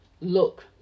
look